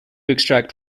extract